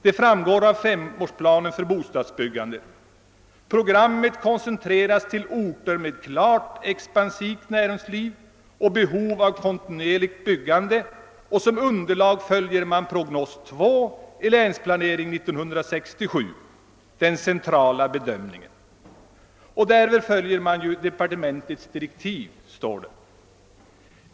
Det framgår av femårsplanen för bostadsbyggandet, att programmet koncentreras till orter med klart expansivt näringsliv och behov av kontinuerligt byggande, och som underlag har man prognos 2 i Länsplanering 1967, d.v.s. den centrala be dömningen. Därvid följer man ju departementets direktiv.